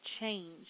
change